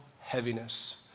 heaviness